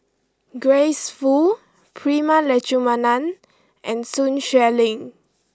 Grace Fu Prema Letchumanan and Sun Xueling